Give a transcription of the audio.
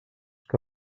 que